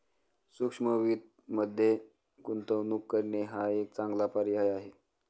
सूक्ष्म वित्तमध्ये गुंतवणूक करणे हा एक चांगला पर्याय आहे